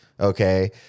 Okay